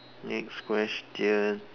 next question